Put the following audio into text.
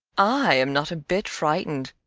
i am not a bit frightened!